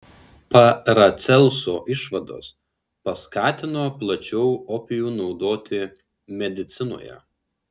paracelso išvados paskatino plačiau opijų naudoti medicinoje